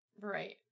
Right